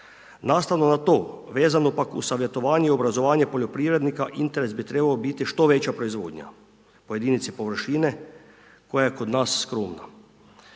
Nastavno na to, vezano pak uz savjetovanje i obrazovanje poljoprivrednika, interes bi trebao biti što veća proizvodnja po jedinici površine koja je kod nas skromna.